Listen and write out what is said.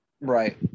Right